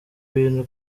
bintu